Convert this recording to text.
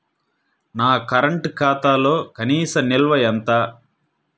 నా కరెంట్ ఖాతాలో కనీస నిల్వ ఎంత?